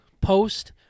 post